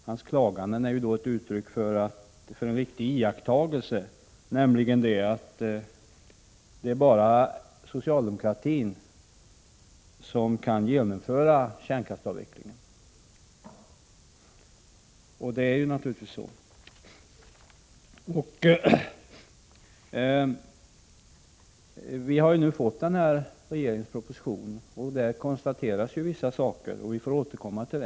Hans klagande är ett uttryck för en riktig iakttagelse, nämligen att det bara är socialdemokratin som kan genomföra kärnkraftsavvecklingen. Så är det naturligtvis. Vi har nu fått regeringens proposition. Där konstateras vissa saker som vi får återkomma till.